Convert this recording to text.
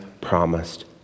promised